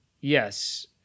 Yes